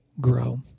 grow